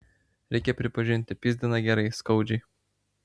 reikia pripažinti pyzdina gerai skaudžiai